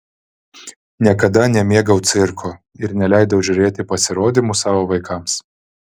niekada nemėgau cirko ir neleidau žiūrėti pasirodymų savo vaikams